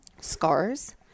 scars